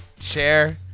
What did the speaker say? Share